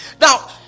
Now